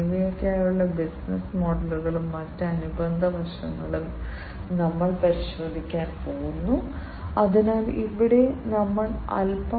നിങ്ങൾക്ക് ചെലവ് കുറഞ്ഞ സെൻസറുകളും ആക്യുവേറ്ററുകളും ഇല്ലെങ്കിൽ വ്യവസായങ്ങളിൽ പോലും അവ വിന്യസിക്കാൻ ആരും പണം നൽകില്ല